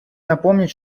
напомнить